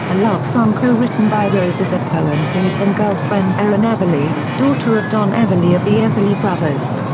a love song co-written by rose as a poem for his then-girlfriend erin everly, daughter of don everly of the everly brothers.